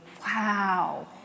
Wow